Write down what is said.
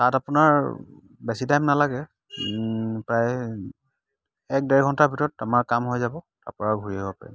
তাত আপোনাৰ বেছি টাইম নালাগে প্ৰায় এক ডেৰ ঘণ্টাৰ ভিতৰত আমাৰ কাম হৈ যাব তাৰপৰা ঘূৰি আঁহোতে